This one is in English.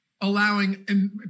allowing